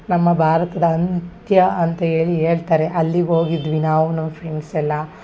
ನಮ್ಮ ಭಾರತದ ಅಂತ್ಯ ಅಂತ ಹೇಳಿ ಹೇಳ್ತಾರೆ ಅಲ್ಲಿಗೆ ಹೋಗಿದ್ವಿ ನಾವು ನಮ್ಮ ಫ್ರೆಂಡ್ಸ್ ಎಲ್ಲ